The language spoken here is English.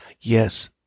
Yes